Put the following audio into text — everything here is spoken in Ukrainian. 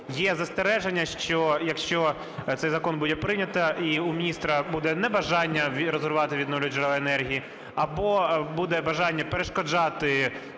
Є застереження, що, якщо цей закон буде прийнято, і у міністра буде небажання резервувати відновлювальні джерела енергії або буде бажання перешкоджати